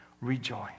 rejoice